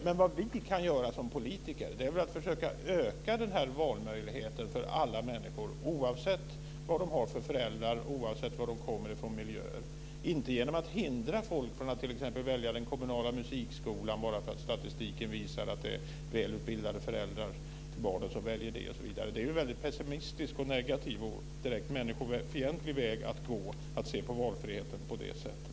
Men vad vi kan göra som politiker är väl att försöka öka valmöjligheten för alla människor, oavsett vad de har för föräldrar och oavsett från vilka miljöer de kommer - inte hindra folk från att t.ex. välja den kommunala musikskolan bara därför att statistiken visar att det är välutbildade föräldrar som väljer den åt sina barn. Det är en väldigt pessimistisk, negativ och direkt människofientlig väg att gå att se på valfriheten på det sättet.